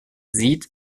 sieht